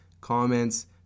comments